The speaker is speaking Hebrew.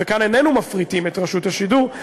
וכאן איננו מפריטים את רשות השידור,